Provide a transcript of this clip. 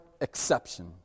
exception